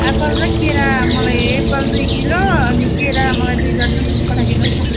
Apple र केरा मलाई एप्पल दुई किलो अनि केरा मलाई दुई दर्जन जस्तो पठाइदिनुहोस् न